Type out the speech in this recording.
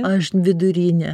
aš vidurinę